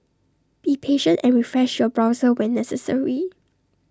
be patient and refresh your browser when necessary